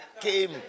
came